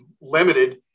limited